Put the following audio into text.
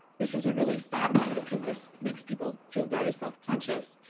this is a really sad one because this makes people feel very self-conscious.